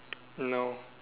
no